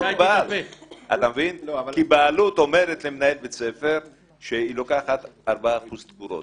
כי בעלות אומרת למנהל בית ספר שהיא לוקחת 4% תקורות.